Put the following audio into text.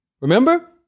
Remember